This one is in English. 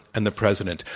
and the president?